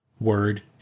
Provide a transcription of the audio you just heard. word